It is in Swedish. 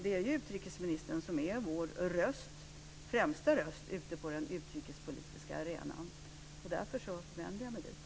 Det är ju utrikesministern som är vår främsta röst ute på den utrikespolitiska arenan. Därför vänder jag mig dit.